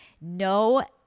no